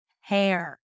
hair